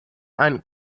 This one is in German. ein